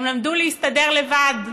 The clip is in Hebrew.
הם למדו להסתדר לבד.